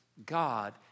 God